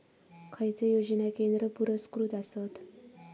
खैचे योजना केंद्र पुरस्कृत आसत?